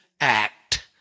act